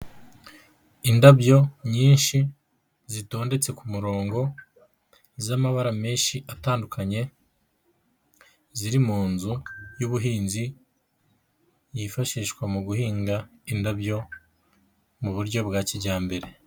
Indabyo nyinshi zitondetse ku murongo z'amabara menshi atandukanye, ziri mu nzu y'ubuhinzi yifashishwa mu guhinga indabyo mu buryo bwa kijyambere.